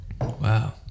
Wow